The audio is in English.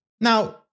Now